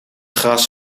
gras